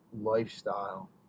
lifestyle